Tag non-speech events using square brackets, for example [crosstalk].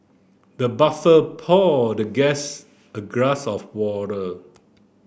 the [unintelligible] poured the guest a glass of water